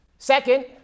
Second